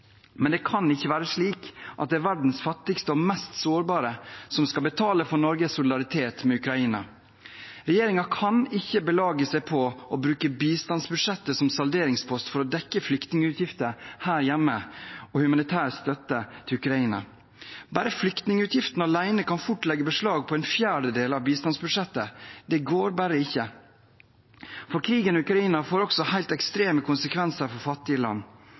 men det kan ikke være slik at det er verdens fattigste og mest sårbare som skal betale for Norges solidaritet med Ukraina. Regjeringen kan ikke belage seg på å bruke bistandsbudsjettet som salderingspost for å dekke flyktningutgifter her hjemme og humanitær støtte til Ukraina. Bare flyktningutgiftene alene kan fort legge beslag på en fjerdedel av bistandsbudsjettet. Det går bare ikke, for krigen i Ukraina får også helt ekstreme konsekvenser for fattige land